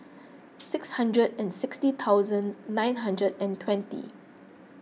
six hundred and sixty thousand nine hundred and twenty